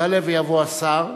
יעלה ויבוא השר,